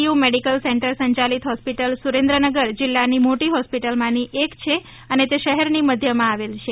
you medical centre સંયાલિત hospital Surendranagar જિલ્લાની મોટી હોસ્પિટલમાંની એક છે અને તે શહેરની મધ્યમાં આવેલ છે